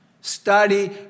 Study